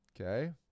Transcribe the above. okay